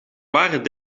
waren